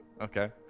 okay